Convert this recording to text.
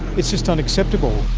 it's just unacceptable.